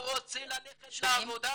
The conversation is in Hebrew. הוא רוצה ללכת לעבודה,